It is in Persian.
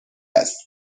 است